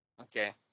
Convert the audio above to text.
Okay